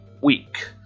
week